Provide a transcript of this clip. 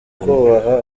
kubaha